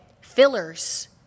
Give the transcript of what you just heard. fillers